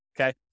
Okay